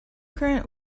current